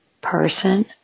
person